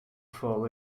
fall